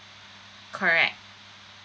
correct